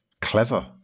clever